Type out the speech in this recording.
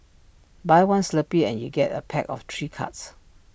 buy one Slurpee and you get A pack of three cards